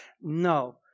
No